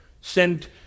send